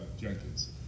Jenkins